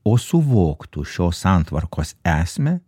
o suvoktų šios santvarkos esmę